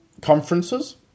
conferences